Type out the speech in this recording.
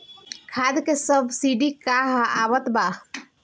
खाद के सबसिडी क हा आवत बा?